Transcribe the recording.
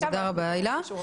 תודה רבה, הילה.